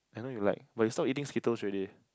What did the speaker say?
I know you like but you stop eating Skittles already